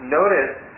notice